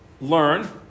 learn